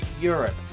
Europe